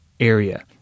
Area